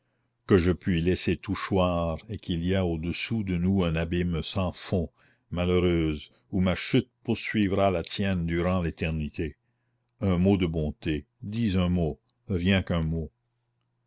que je puis laisser tout choir et qu'il y a au-dessous de nous un abîme sans fond malheureuse où ma chute poursuivra la tienne durant l'éternité un mot de bonté dis un mot rien qu'un mot